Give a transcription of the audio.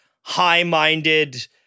high-minded